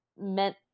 meant